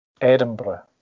Edinburgh